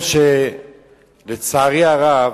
לצערי הרב,